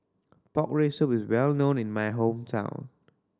pork rib soup is well known in my hometown